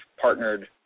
partnered